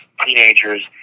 teenagers